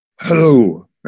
Hello